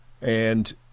And-